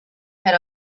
had